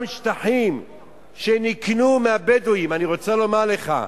גם שטחים שנקנו מהבדואים, אני רוצה לומר לך,